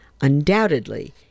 Undoubtedly